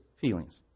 feelings